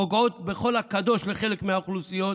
פוגעות בכל הקדוש לחלק מהאוכלוסיות,